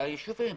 לישובים.